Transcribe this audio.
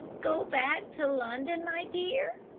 go back to london, my dear?